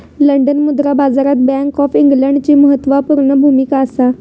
London मुद्रा बाजारात bank of इंग्लंडची म्हत्त्वापूर्ण भुमिका असा